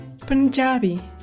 Punjabi